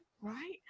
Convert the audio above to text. Right